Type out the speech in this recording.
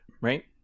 right